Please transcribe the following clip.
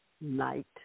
night